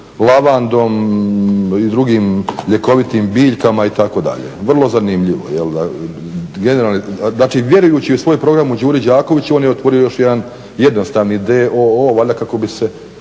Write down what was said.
lavandom i drugim ljekovitim biljkama itd. Vrlo zanimljivo. Znači vjerujući u svoj program u Đuri Đakoviću on je otvorio još jedan jednostavni d.o.o. valjda kako bi se